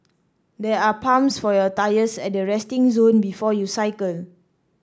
there are pumps for your tyres at the resting zone before you cycle